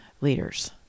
leaders